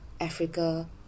Africa